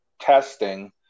testing